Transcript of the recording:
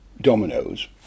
dominoes